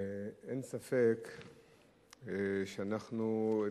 תודה רבה,